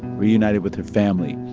reunited with her family.